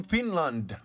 Finland